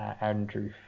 Andrew